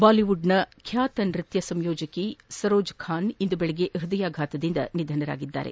ಬಾಲಿವುಡ್ನ ಖ್ಲಾತ ನೃತ್ಯ ಸಂಯೋಜಕಿ ಸರೋಜಾ ಖಾನ್ ಇಂದು ಬೆಳಗ್ಗೆ ಹ್ವದಯಾಘಾತದಿಂದ ನಿಧನರಾಗಿದ್ದಾರೆ